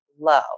Low